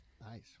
Nice